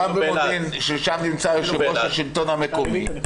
גם במודיעין ששם נמצא יושב ראש השלטון המקומי,